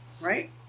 right